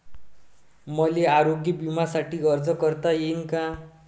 मले आरोग्य बिम्यासाठी अर्ज करता येईन का?